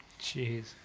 Jeez